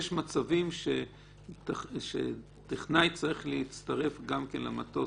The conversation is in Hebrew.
יש מצבים שטכנאי צריך להצטרף גם כן למטוס,